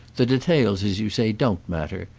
the details, as you say, don't matter.